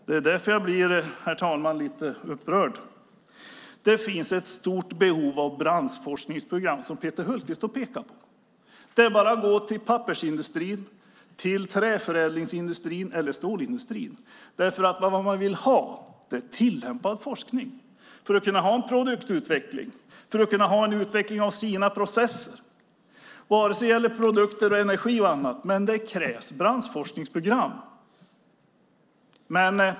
Det är därför som jag blir lite upprörd. Det finns ett stort behov av branschforskningsprogram som Peter Hultqvist har pekat på. Det är bara att gå till pappersindustrin, till träförädlingsindustrin eller till stålindustrin därför att det som man vill ha är tillämpad forskning för att kunna ha en produktutveckling och för att kunna ha en utveckling av sina processer, vare sig det gäller produkter, energi eller annat. Men det krävs branschforskningsprogram.